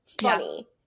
funny